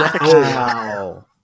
Wow